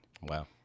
Wow